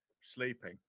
Sleeping